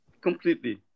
completely